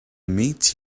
meet